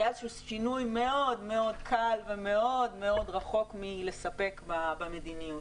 היה איזשהו שינוי מאוד מאוד קל ומאוד מאוד רחוק מלספק במדיניות.